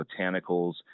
botanicals